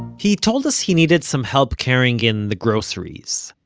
he told us he needed some help carrying in the groceries.